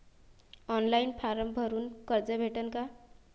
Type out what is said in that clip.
Online form भरून कर्ज भेटन का?